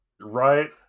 Right